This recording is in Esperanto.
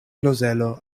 klozelo